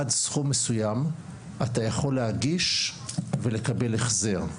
עד סכום מסוים אתה יכול להגיש ולקבל החזר,